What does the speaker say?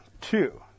two